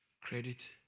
credit